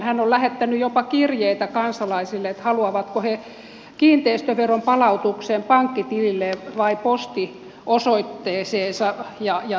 hän on lähettänyt jopa kirjeitä kansalaisille että haluavatko he kiinteistöveron palautuksen pankkitililleen vai postiosoitteeseensa